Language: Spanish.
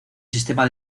sistema